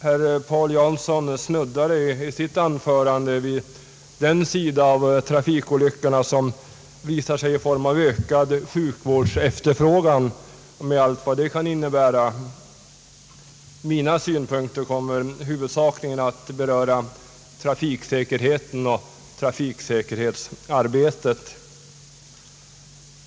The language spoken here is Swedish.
Herr Paul Jansson snuddade i sitt anförande vid den sida av trafikolyckorna som visar sig i form av ökad sjukvårdsefterfrågan med allt vad det kan innebära. Mina synpunkter kommer huvudsakligen att beröra trafiksäkerhetsarbetet.